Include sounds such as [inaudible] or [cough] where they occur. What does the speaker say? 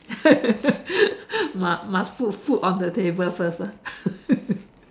[laughs] must must put food on the table first ah [laughs]